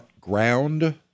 ground